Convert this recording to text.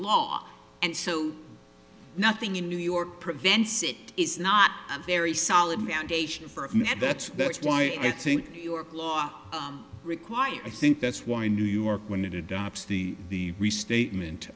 law and so nothing in new york prevents it is not a very solid foundation for of met that's that's why i think york law requires i think that's why new york when it adopts the the restatement